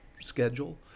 schedule